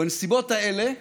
בנסיבות האלה,